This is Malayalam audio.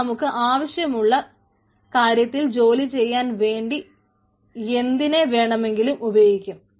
അത് നമുക്ക് ആവശ്യമുള്ള കാര്യത്തിൽ ജോലി ചെയ്യാൻ വേണ്ടി എന്തിനെ വേണമെങ്കിലും ഉപയോഗിക്കും